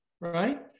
right